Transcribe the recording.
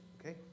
okay